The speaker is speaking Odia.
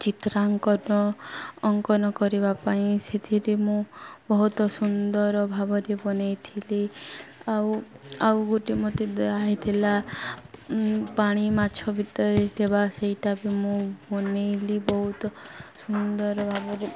ଚିତ୍ରାଙ୍କନ ଅଙ୍କନ କରିବା ପାଇଁ ସେଥିରେ ମୁଁ ବହୁତ ସୁନ୍ଦର ଭାବରେ ବନାଇଥିଲି ଆଉ ଆଉ ଗୋଟେ ମୋତେ ହେଇଥିଲା ପାଣି ମାଛ ଭିତରେ ଦେବା ସେଇଟା ବି ମୁଁ ବନାଇଲି ବହୁତ ସୁନ୍ଦର ଭାବରେ